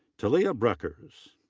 talia broekers.